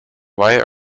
why